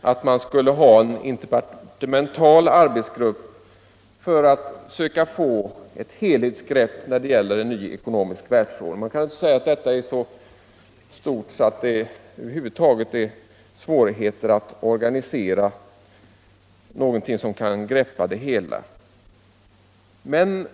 att man bör ha en interdepartemental arbetsgrupp för att försöka få ett helhetsgrepp när det gäller en ny ekonomisk världsordning. Man kan säga att detta är så stort att det över huvud taget är svårt att organisera någonting som kan gripa över alltsammans.